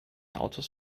autos